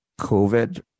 COVID